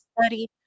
study